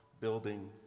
building